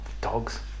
dogs